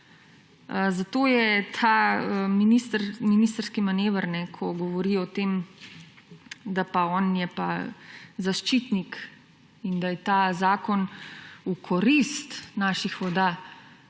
Zato je ta ministrski manever, ko govori o tem, da pa on je pa zaščitnik in da je ta zakon v korist naših voda,